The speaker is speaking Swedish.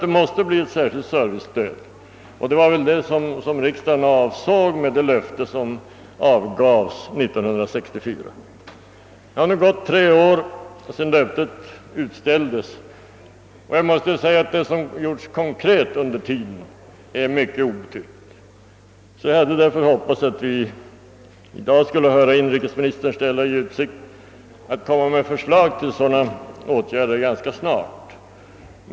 Det måste lämnas ett särskilt servicestöd och det var väl detta som riksdagen avsåg med det löfte som avgavs 1964. Tre år har nu gått sedan detta löfte gavs, men det som konkret har gjorts under denma tid är mycket otillfredsställande. Jag hade därför hoppats att vi i dag skulle få höra inrikesministern säga att han ganska snart ämnade komma med förslag till åtgärder av detta slag.